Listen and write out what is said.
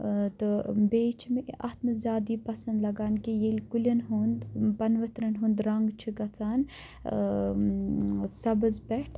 تہٕ بیٚیہِ چھِ مےٚ اتھ منٛز زِیادٕ یہِ پَسنٚد لَگان کہِ ییٚلہِ کُلٮ۪ن ہُند پَنہٕ ؤتھرن ہُند رنٚگ چھُ گَژھان سبز پٮ۪ٹھ